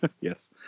Yes